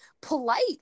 polite